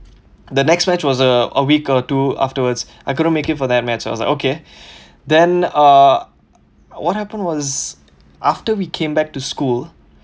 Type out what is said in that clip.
the next match was a a week or two afterwards I couldn't make it for that match I was like okay then uh what happened was after we came back to school